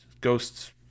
Ghosts